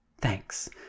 Thanks